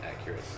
accurate